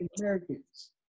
Americans